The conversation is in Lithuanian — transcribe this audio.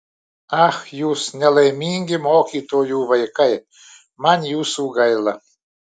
ach jūs nelaimingi mokytojų vaikai man jūsų gaila